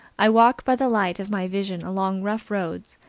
i walk by the light of my vision along rough roads,